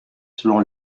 selon